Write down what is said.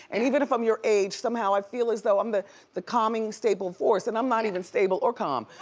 and even if i'm your age, somehow i feel as though i'm the the calming, stable force and i'm not even stable or calm.